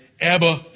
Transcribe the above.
Abba